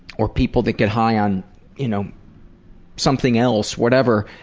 or people that get high on you know something else, whatever.